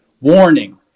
Warning